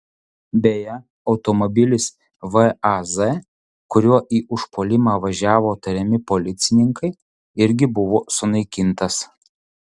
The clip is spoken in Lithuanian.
beje automobilis vaz kuriuo į užpuolimą važiavo tariami policininkai irgi buvo sunaikintas